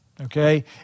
okay